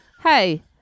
Hey